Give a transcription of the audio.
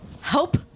help